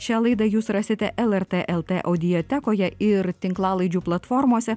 šią laidą jūs rasite lrt el t audiotekoje ir tinklalaidžių platformose